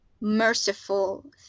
merciful